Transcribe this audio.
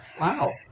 Wow